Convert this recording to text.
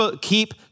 keep